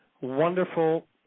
wonderful